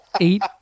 Eight